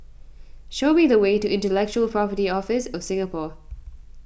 show me the way to Intellectual Property Office of Singapore